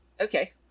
okay